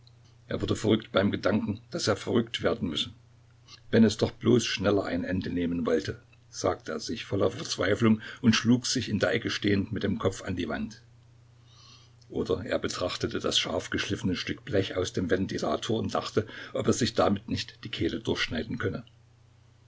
er wurde verrückt beim gedanken daß er verrückt werden müsse wenn es doch bloß schneller ein ende nehmen wollte sagte er sich voller verzweiflung und schlug sich in der ecke stehend mit dem kopf an die wand oder er betrachtete das scharfgeschliffene stück blech aus dem ventilator und dachte ob er sich damit nicht die kehle durchschneiden könne